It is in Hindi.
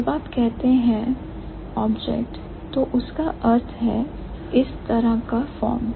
जब आप कहते हैं O तो उसका अर्थ है इस तरह का फॉर्म